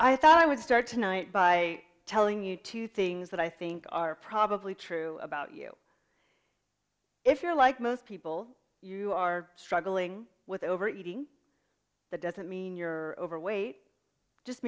i thought i would start tonight by telling you two things that i think are probably true about you if you're like most people you are struggling with overeating that doesn't mean you're overweight just